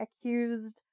accused